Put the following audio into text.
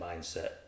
mindset